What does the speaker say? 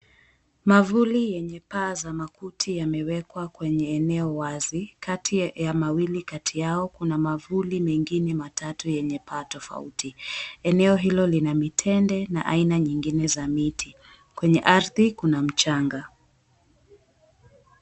Mavuli yenye paa za makuti yameekwa katika eneo wazi, kati ya mawili kati yao kuna mwavuli mengine matatu yenye paa tofauti. Eneo hilo lina mitende na aina nyingine za miti. Kwenye ardhi kuna mchanga.